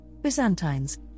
Byzantines